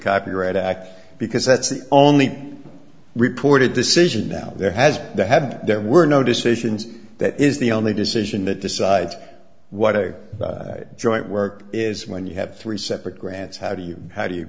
copyright act because that's the only reported decision now there has to have been there were no decisions that is the only decision that decides what a joint work is when you have three separate grants how do you how do you